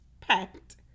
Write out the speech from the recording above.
packed